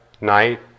night